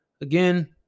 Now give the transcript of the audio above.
again